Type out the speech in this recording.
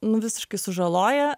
nu visiškai sužaloja